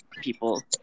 people